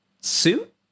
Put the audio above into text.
Suit